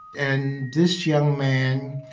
and this young man